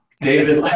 David